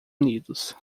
unidos